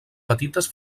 petites